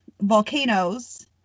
volcanoes